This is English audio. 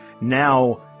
Now